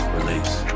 Release